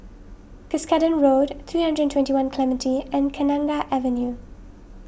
Cuscaden Road three hundred and twenty one Clementi and Kenanga Avenue